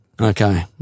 Okay